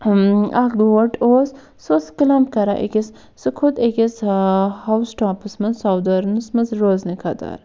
اکھ بوٹ اوس سُہ اوس کران أکِس سُہ کھوٚت أکِس ہَوُس ٹاپَس منٛز سودٲرنَس منٛز روزنہِ خٲطٕر